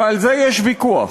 ועל זה יש ויכוח.